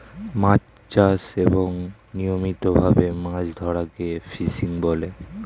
মাছ চাষ এবং নিয়মিত ভাবে মাছ ধরাকে ফিশিং বলে